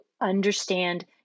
understand